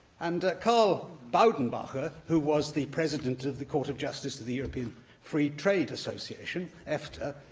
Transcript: and carl baudenbacher, who was the president of the court of justice to the european free trade association, efta,